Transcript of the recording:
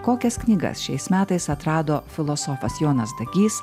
kokias knygas šiais metais atrado filosofas jonas dagys